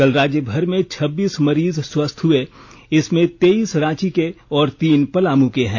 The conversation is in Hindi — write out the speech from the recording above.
कल राज्यभर में छब्बीस मरीज स्वस्थ्य हुए इसमें तेईस रांची के और तीन पलामू के हैं